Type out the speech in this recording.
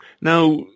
now